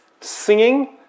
Singing